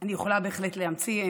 אני יכולה בהחלט להמציא.